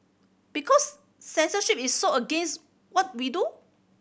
because censorship is so against what we do